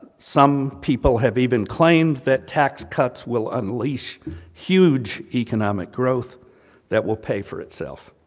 some people have even claimed that tax cuts will unleash huge economic growth that will pay for itself.